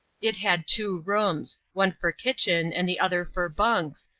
it had two rooms, one for kitchen and the other for bunks,